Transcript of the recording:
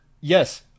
Yes